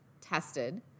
tested